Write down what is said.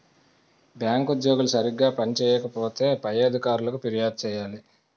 bank ఉద్యోగులు సరిగా పని చేయకపోతే పై అధికారులకు ఫిర్యాదు చేయాలి